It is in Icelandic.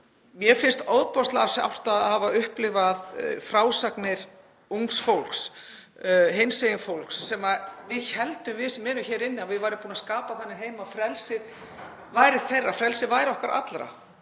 Mér finnst ofboðslega sárt að hafa upplifað frásagnir ungs fólks, hinsegin fólks. Við héldum, við sem erum hér inni, að við værum búin að skapa þannig heim að frelsið væri þeirra, frelsið væri okkar allra